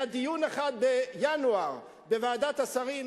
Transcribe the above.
בינואר היה דיון אחד בוועדת השרים,